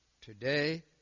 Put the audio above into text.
Today